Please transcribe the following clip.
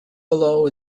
below